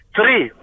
Three